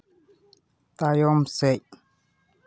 ᱛᱟᱭᱚᱢ ᱥᱮᱫ